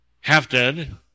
half-dead